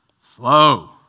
slow